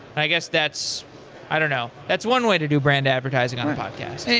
i guess that's i don't know. that's one way to do brand advertising on a podcast.